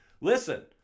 Listen